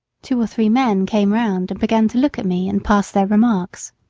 two or three men came round and began to look at me and pass their remarks.